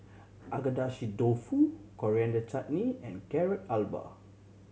Agedashi Dofu Coriander Chutney and Carrot Halwa